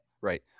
Right